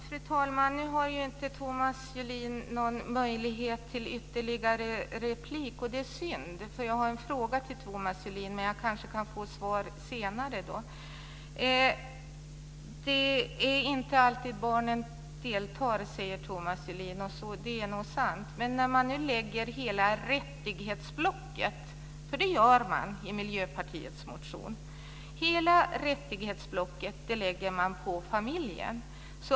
Fru talman! Nu har inte Thomas Julin någon möjlighet till ytterligare replik. Det är synd, eftersom jag har en fråga till Thomas Julin. Jag kanske kan få svar senare. Det är inte alltid som barnen deltar, säger Thomas Julin. Det är nog sant. Men man lägger i Miljöpartiets motion hela rättighetsblocket på familjen.